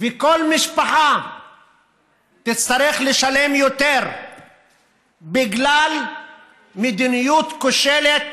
וכל משפחה תצטרך לשלם יותר בגלל מדיניות כושלת